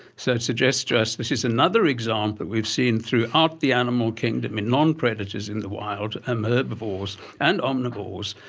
so it suggests to us this is another example we've seen throughout the animal kingdom in non-predators in the wild, um herbivores and omnivores,